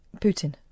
Putin